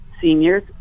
seniors